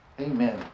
Amen